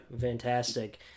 fantastic